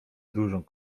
dużą